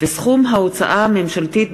יושב-ראש הכנסת,